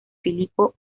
filipo